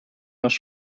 nach